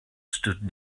stood